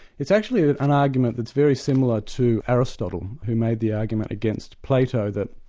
it's actually an argument that's very similar to aristotle, who made the argument against plato that.